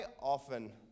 often